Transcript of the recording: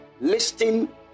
listing